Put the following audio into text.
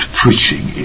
preaching